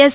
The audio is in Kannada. ಎಸ್